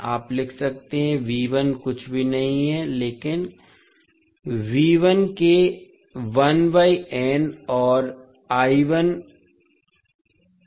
आप लिख सकते हैं V1 कुछ भी नहीं है लेकिन V2 के 1 बाय n और I1 I2 का माइनस n है